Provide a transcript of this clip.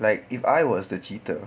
like if I was the cheater